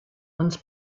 uns